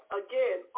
again